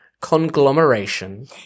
Conglomeration